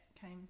came